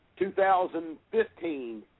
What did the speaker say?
2015